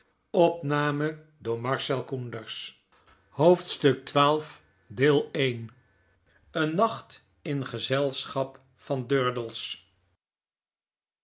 hoofdstuk xii een nacht in gezelschap van durdels